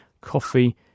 coffee